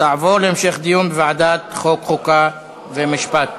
תעבור להמשך דיון בוועדת החוקה, חוק ומשפט.